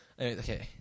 Okay